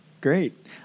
great